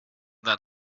that